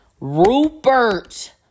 Rupert